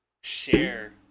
share